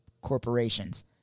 corporations